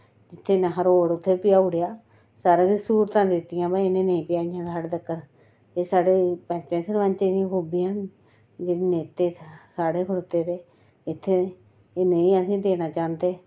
ते निहां रोड़ उत्थै पजाई ओड़ेआ सारें तगर स्हूलतां दित्तियां पर इ'नें नेईं पजाइयां साढ़े तगर एह् साढ़े पैंचे सरपैंचे दियां खूबियां न जेह्ड़े नेईं ते सारे खड़ोते दे इत्थै एह् नेईं असेंगी देना चांह्दे